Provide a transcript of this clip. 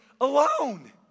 alone